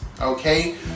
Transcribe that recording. okay